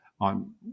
on